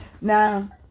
now